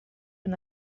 and